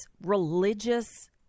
religious